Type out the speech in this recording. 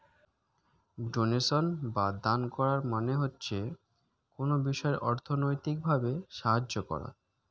donation বা দান করা মানে হচ্ছে কোনো বিষয়ে অর্থনৈতিক ভাবে সাহায্য করা